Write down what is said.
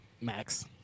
Max